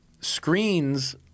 screens